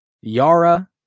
Yara